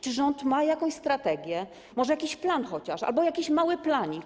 Czy rząd ma jakąś strategię, może jakiś plan chociaż albo jakiś mały planik?